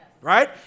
right